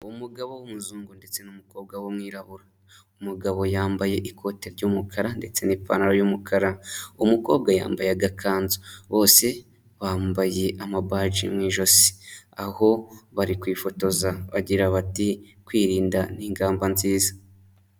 Umugabo w'umuzungu ndetse n'umukobwa w'umwirabura. Umugabo yambaye ikote ry'umukara ndetse n'ipantaro y'umukara, umukobwa yambaye agakanzu. Bose bambaye amabaji mu ijosi, aho bari kwifotoza bagira bati:" Kwirinda ni ingamba nziza."